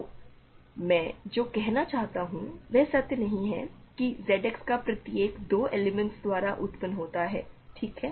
तो अब मैं जो कहना चाहता हूं वह सत्य नहीं है कि Z X का प्रत्येक एलिमेंट 2 एलिमेंट्स द्वारा उत्पन्न होता है ठीक है